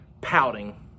pouting